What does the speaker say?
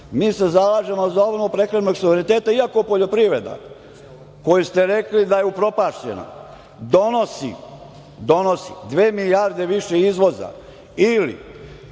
Mi se zalažemo za obnovu prehrambenog suvereniteta, iako poljoprivreda za koju ste rekli da je upropašćena donosi dve milijarde više izvoza ili